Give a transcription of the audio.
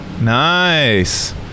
Nice